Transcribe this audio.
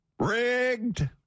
Rigged